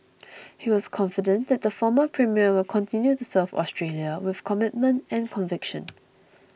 he was confident that the former premier will continue to serve Australia with commitment and conviction